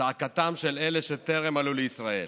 צעקתם של אלה שטרם עלו לישראל,